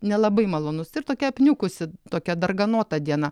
nelabai malonus ir tokia apniukusi tokia darganota diena